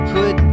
Put